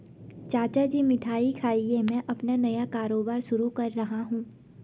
चाचा जी मिठाई खाइए मैं अपना नया कारोबार शुरू कर रहा हूं